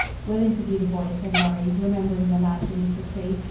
we'll interview the boy, said lorry, remembering the lad beneath the tree.